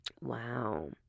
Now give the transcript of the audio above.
Wow